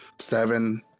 Seven